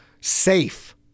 safe